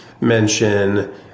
mention